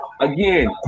again